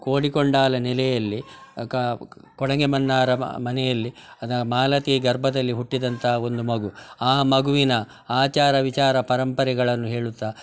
ಕೋಡಿಕೊಂಡಾಲ ನೆಲೆಯಲ್ಲಿ ಕೊಣೆಗೆ ಮನ್ನಾರ ಮನೆಯಲ್ಲಿ ಮಾಲತಿ ಗರ್ಭದಲ್ಲಿ ಹುಟ್ಟಿದಂಥ ಒಂದು ಮಗು ಆ ಮಗುವಿನ ಆಚಾರ ವಿಚಾರ ಪರಂಪರೆಗಳನ್ನು ಹೇಳುತ್ತಾ